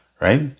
right